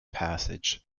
passage